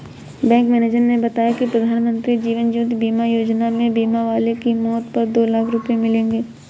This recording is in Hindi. बैंक मैनेजर ने बताया कि प्रधानमंत्री जीवन ज्योति बीमा योजना में बीमा वाले की मौत पर दो लाख रूपये मिलेंगे